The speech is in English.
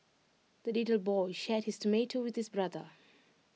the little boy shared his tomato with his brother